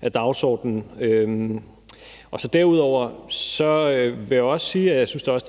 er dagsordenen. Derudover vil jeg også sige, at jeg synes, det